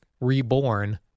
reborn